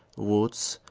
woods,